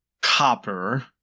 copper